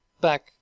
back